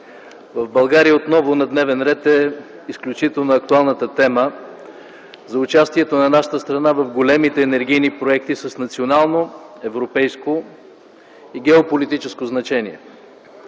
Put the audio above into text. В България отново на дневен ред е изключително актуалната тема за участието на нашата страна в големите енергийни проекти с национално, европейско и геополитическо значение.